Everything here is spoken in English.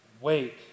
Wait